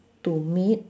to meet